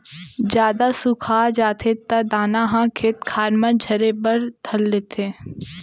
जादा सुखा जाथे त दाना ह खेत खार म झरे बर धर लेथे